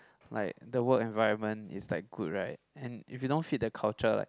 like the world environment is like good right and if you don't fit the culture like